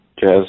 jazz